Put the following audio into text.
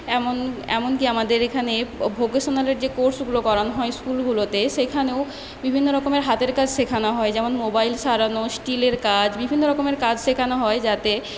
এমন এমনকি আমাদের এখানে ভোকেশনালের যে কোর্সগুলো করানো হয় স্কুলগুলোতে সেখানেও বিভিন্ন রকমের হাতের কাজ শেখানো হয় যেমন মোবাইল সারানো স্টিলের কাজ বিভিন্ন রকমের কাজ শেখানো হয় যাতে